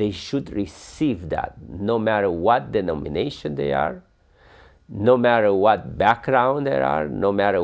they should receive that no matter what the nomination they are no marrow what background there are no matter